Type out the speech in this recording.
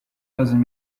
doesn’t